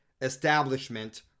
establishment